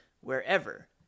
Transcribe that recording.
wherever